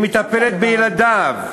היא מטפלת בילדיו.